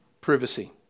privacy